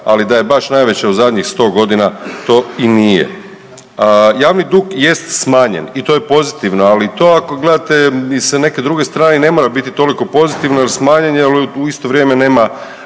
ali da je baš najveća u zadnjih 100.g., to i nije. Javni dug jest smanjen i to je pozitivno, ali to ako gledate i sa neke druge strane i ne mora biti toliko pozitivno jer smanjen je, al u isto vrijeme nema,